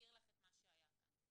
אזכיר לך מה שהיה כאן.